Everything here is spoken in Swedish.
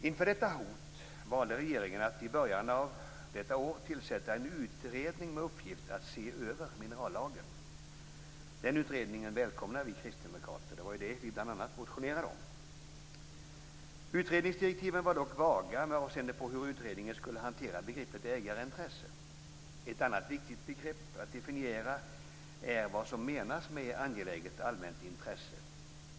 Inför detta hot valde regeringen att i början av detta år tillsätta en utredning med uppgift att se över minerallagen. Den utredningen välkomnar vi kristdemokrater. Det var bl.a. det vi motionerade om. Utredningsdirektiven var dock vaga med avseende på hur utredningen skulle hantera begreppet ägarintresse. Ett annat viktigt begrepp att definiera är "angeläget allmänt intresse".